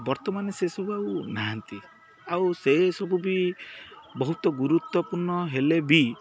ବର୍ତ୍ତମାନେ ସେସବୁ ଆଉ ନାହାନ୍ତି ଆଉ ସେସବୁ ବି ବହୁତ ଗୁରୁତ୍ୱପୂର୍ଣ୍ଣ ହେଲେ ବି